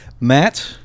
Matt